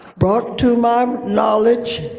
brought to my knowledge